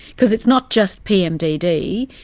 because it's not just pmdd,